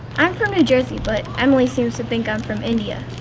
i'm from new jersey, but emily seems to think i'm from india.